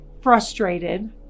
frustrated